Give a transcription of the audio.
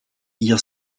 ihr